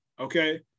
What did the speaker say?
Okay